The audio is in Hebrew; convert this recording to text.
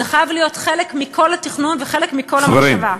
זה חייב להיות חלק מכל התכנון וחלק מכל המחשבה.